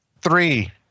Three